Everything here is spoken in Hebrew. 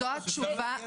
זו התשובה.